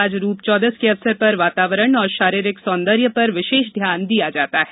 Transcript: आज रूपचौदस के अवसर पर वातावरण और शारीरिक सौंदर्य पर विशेष ध्यान दिया जाता है